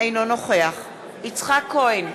אינו נוכח יצחק כהן,